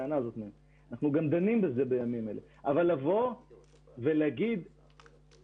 אנחנו גם דנים בזה בימים אלה ואומר שמכיוון